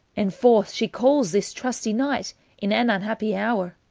and forth she calls this trustye knighte in an unhappy houre,